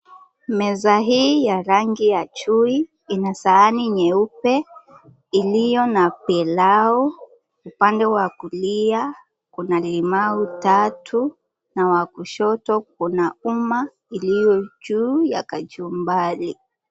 Meza hii ya rangi ya chui, ina sahani nyeupe, iliyo na pilau upande wa kulia, kuna limau tatu na wa kushoto kuna uma iliyo juu ya kachumbari.